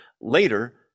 later